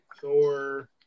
Thor